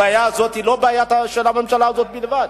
הבעיה הזאת היא לא בעייתה של הממשלה הזאת בלבד.